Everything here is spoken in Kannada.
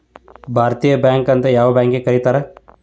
ಭಾರತೇಯ ಬ್ಯಾಂಕ್ ಅಂತ್ ಯಾವ್ ಬ್ಯಾಂಕಿಗ್ ಕರೇತಾರ್?